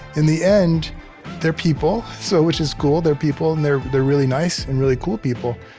in the end they're people, so which is cool. they're people, and they're they're really nice and really cool people,